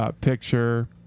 picture